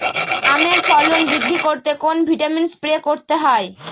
আমের ফলন বৃদ্ধি করতে কোন ভিটামিন স্প্রে করতে হয়?